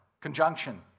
Conjunction